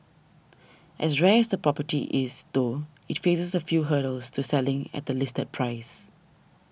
as rare as the property is though it faces a few hurdles to selling at the listed price